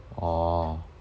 orh